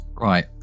right